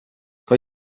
kan